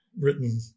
written